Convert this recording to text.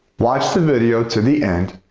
watch the video to the end,